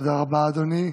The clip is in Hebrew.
תודה רבה, אדוני.